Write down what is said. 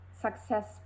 success